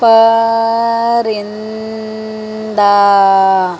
پرندہ